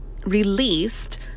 released